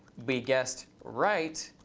we guessed right,